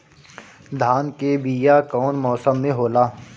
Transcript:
धान के बीया कौन मौसम में होला?